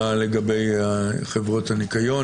מה לגבי חברות הניקיון,